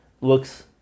looks